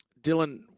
Dylan